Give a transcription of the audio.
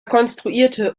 konstruierte